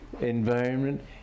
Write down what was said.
environment